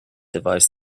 device